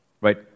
Right